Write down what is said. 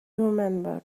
remembered